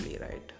right